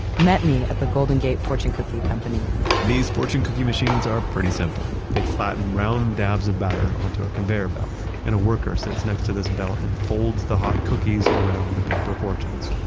met me at the golden gate fortune cookie company these fortune cookie machines are pretty simple. they flatten round dabs of batter onto a conveyor belt and a worker sits next to this belt and folds the hot cookies around the paper fortunes,